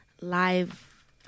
live